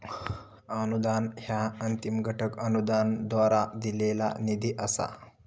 अनुदान ह्या अंतिम घटक अनुदानाद्वारा दिलेला निधी असा